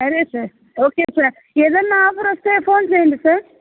సరే sir okay sir ఏదైనా offer వస్తే ఫోన్ చేయండి సార్